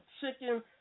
Chicken